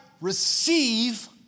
receive